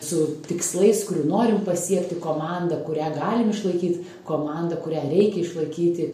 su tikslais kurių norim pasiekti komanda kurią galim išlaikyt komanda kurią reikia išlaikyti